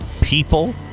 people